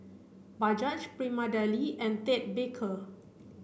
Bajaj Prima Deli and Ted Baker